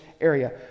area